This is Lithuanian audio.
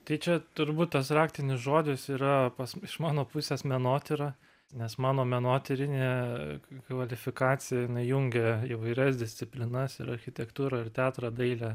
tai čia turbūt tas raktinis žodis yra pas iš mano pusės menotyra nes mano menotyrinė kvalifikacija jinai jungia įvairias disciplinas ir architektūrą ir teatrą dailę